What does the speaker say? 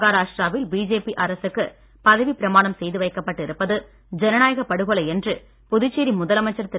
மஹாராஷ்டிராவில் BJP அரசுக்கு பதவி பிரமாணம் செய்து வைக்கப்பட்டு இருப்பது ஜனநாயக படுகொலை என்று புதுச்சேரி முதலமைச்சர் திரு